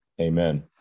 Amen